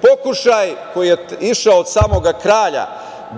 države koji je išao do samog kralja